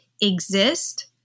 exist